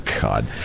God